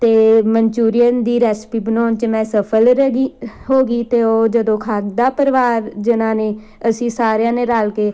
ਅਤੇ ਮਨਚੂਰੀਅਨ ਦੀ ਰੈਸਪੀ ਬਣਾਉਣ 'ਚ ਮੈਂ ਸਫ਼ਲ ਰੈਗੀ ਹੋ ਗਈ ਅਤੇ ਉਹ ਜਦੋਂ ਖਾਧਾ ਪਰਿਵਾਰ ਜਿਨ੍ਹਾਂ ਨੇ ਅਸੀਂ ਸਾਰਿਆਂ ਨੇ ਰਲ ਕੇ